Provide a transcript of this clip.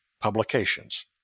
publications